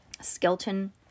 Skeleton